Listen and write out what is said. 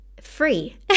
free